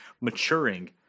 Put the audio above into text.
maturing